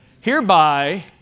Hereby